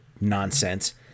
nonsense